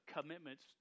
commitments